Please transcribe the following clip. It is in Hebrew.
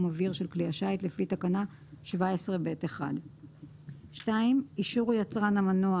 אוויר של כלי השיט לפי תקנה 17(ב)(1); יש לתקן את הרישא